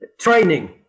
Training